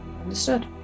Understood